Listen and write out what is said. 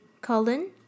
colon